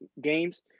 games